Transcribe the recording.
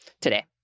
today